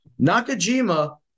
Nakajima